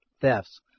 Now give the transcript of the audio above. thefts